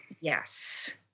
Yes